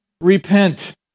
repent